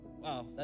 Wow